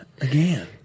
again